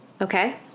Okay